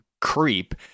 creep